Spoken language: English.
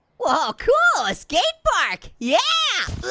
ah cool, a skate park. yeah!